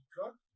cook